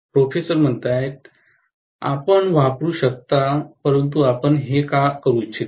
professor आपण वापरू शकता परंतु आपण हे का करू इच्छिता